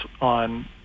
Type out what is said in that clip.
on